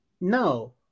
No